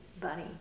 bunny